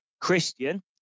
Christian